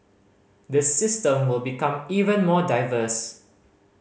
the system will become even more diverse